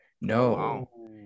No